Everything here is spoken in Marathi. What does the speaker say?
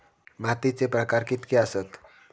मातीचे प्रकार कितके आसत?